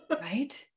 right